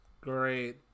Great